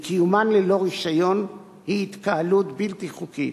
וקיומן ללא רשיון הוא התקהלות בלתי חוקית,